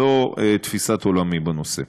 זו תפיסת עולמי בנושא.